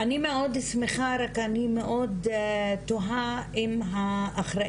אני מאוד שמחה רק אני מאוד תוהה האחראים